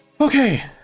Okay